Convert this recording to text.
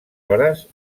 hores